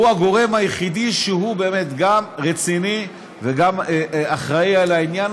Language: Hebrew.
הוא הגורם היחיד שהוא גם רציני וגם אחראי לעניין